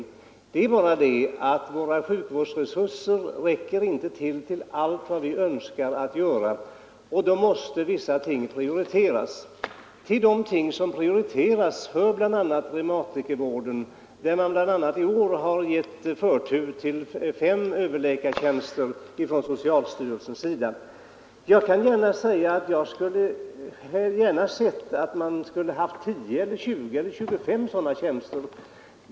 Förhållandet är bara det att våra sjukvårdsresurser inte räcker till allt vad vi önskar göra, och då måste vissa områden prioriteras. Till de områden som prioriteras hör bl.a. reumatikervården. I år har t.ex. socialstyrelsen gett förtur till fem överläkartjänster. Jag hade gärna sett att vi kunnat få tio, tjugo eller tjugofem sådana tjänster.